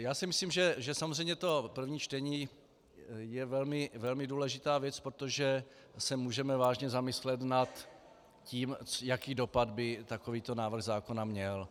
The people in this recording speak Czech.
Já si myslím, že samozřejmě to první čtení je velmi důležitá věc, protože se můžeme vážně zamyslet nad tím, jaký dopad by takovýto návrh zákona měl.